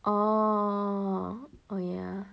oh oh yeah